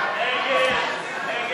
להצביע.